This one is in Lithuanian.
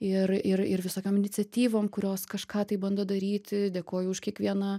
ir ir ir visokiom iniciatyvom kurios kažką tai bando daryti dėkoju už kiekvieną